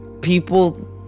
people